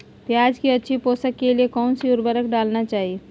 प्याज की अच्छी पोषण के लिए कौन सी उर्वरक डालना चाइए?